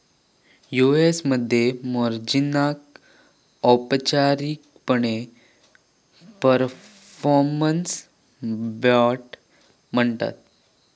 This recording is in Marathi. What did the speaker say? यु.ए.एस मध्ये मार्जिनाक औपचारिकपणे परफॉर्मन्स बाँड म्हणतत